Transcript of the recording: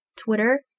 Twitter